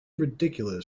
ridiculous